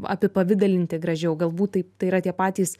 apipavidalinti gražiau galbūt taip tai yra tie patys